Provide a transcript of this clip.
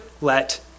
let